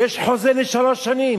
יש חוזה לשלוש שנים.